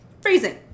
freezing